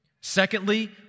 Secondly